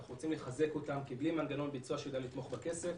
אנחנו רוצים לחזק אותן כי בלי מנגנון ביצוע שידע לתמוך בכסף,